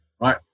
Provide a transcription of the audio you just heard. right